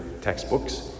textbooks